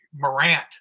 Morant